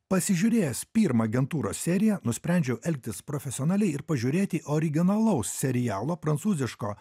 pasižiūrėjęs pirmą agentūros seriją nusprendžiau elgtis profesionaliai ir pažiūrėti originalaus serialo prancūziško